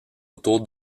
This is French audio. autour